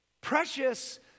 Precious